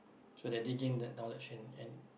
so that they gain that knowledge and and